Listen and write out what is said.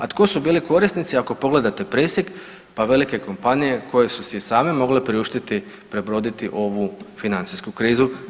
A tko su bili korisnici ako pogledate presjek, pa velike kompanije koje su si i same mogle priuštiti prebroditi ovu financijsku krizu.